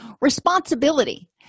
Responsibility